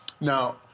Now